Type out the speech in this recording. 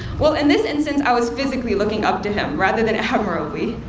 well, in this instance, i was physically looking up to him rather than admirably,